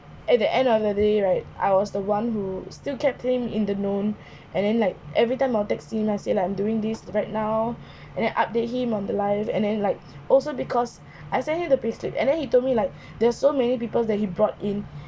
at the end of the day right I was the one who still kept him in the known and then like every time I will text him I will say I am doing this right now and then update him on the life and then like also because I sent him the payslip and then he told me like there were so many people that he brought in